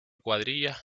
cuadrillas